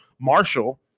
Marshall